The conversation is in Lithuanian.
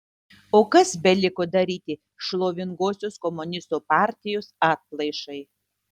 o kas beliko daryti šlovingosios komunistų partijos atplaišai